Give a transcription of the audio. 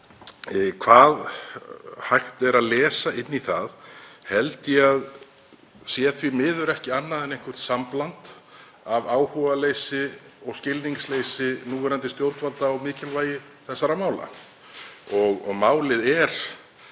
Hvað hægt er að lesa inn í það held ég að sé því miður ekki annað en eitthvert sambland af áhugaleysi og skilningsleysi núverandi stjórnvalda á mikilvægi þessara mála. Málið er